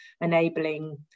enabling